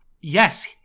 yes